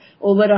over